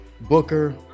Booker